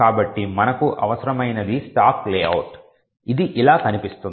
కాబట్టి మనకు అవసరమైనది స్టాక్ లేఅవుట్ ఇది ఇలా కనిపిస్తుంది